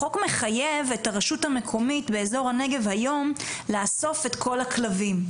החוק מחייב את הרשות המקומית באזור הנגב היום לאסוף את כל הכלבים.